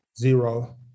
Zero